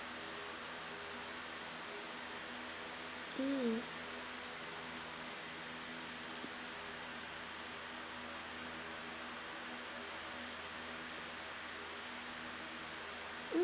hmm hmm